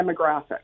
demographic